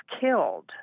killed